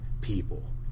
people